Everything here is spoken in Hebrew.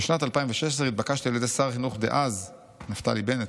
"בשנת 2016 התבקשתי על ידי שר החינוך דאז" נפתלי בנט,